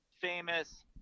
famous